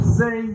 say